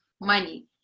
money